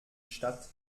statt